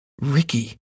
Ricky